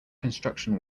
construction